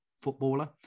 footballer